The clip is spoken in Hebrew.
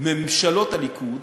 ממשלות הליכוד